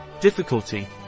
Difficulty